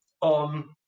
on